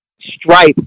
stripe